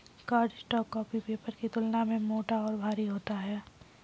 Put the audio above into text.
cardstock copy paper की तुलना में मोटा और भारी होता है